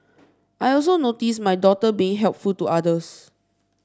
I also notice my daughter being helpful to others